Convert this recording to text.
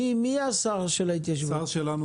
מי השר של ההתיישבות?